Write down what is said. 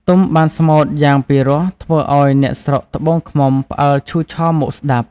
ទុំបានស្មូត្រយ៉ាងពិរោះធ្វើឲ្យអ្នកស្រុកត្បូងឃ្មុំផ្អើលឈូឆរមកស្តាប់។